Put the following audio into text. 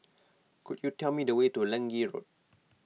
could you tell me the way to Lange Road